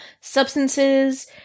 substances